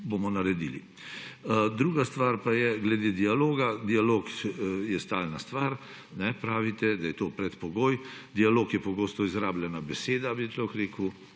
bomo naredili. Druga stvar pa je glede dialoga. Dialog je stalna stvar; pravite, da je to predpogoj. Dialog je pogosto izrabljena beseda, bi človek rekel.